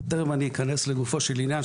תיכף אני אכנס לגופו של עניין,